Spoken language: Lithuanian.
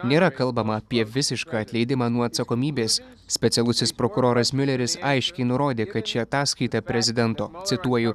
nėra kalbama apie visišką atleidimą nuo atsakomybės specialusis prokuroras miuleris aiškiai nurodė kad ši ataskaita prezidento cituoju